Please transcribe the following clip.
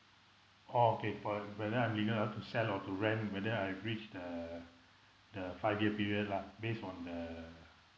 oh okay for whether I'm legal or not to sell or to rent whether I've reached the the five year period lah based on the